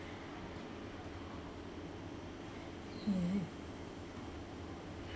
mm